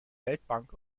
weltbank